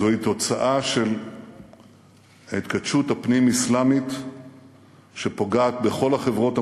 זוהי תוצאה של ההתכתשות הפנים-אסלאמית שפוגעת בכל החברות המוסלמיות,